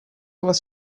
was